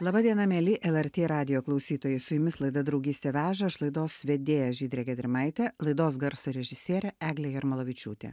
laba diena mieli lrt radijo klausytojai su jumis laida draugystė veža aš laidos vedėja žydrė gedrimaitė laidos garso režisierė eglė jarmolavičiūtė